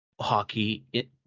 hockey